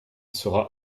sera